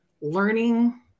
learning